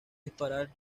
disparar